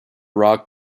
rock